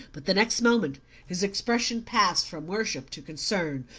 but the next moment his expression passed from worship to concern.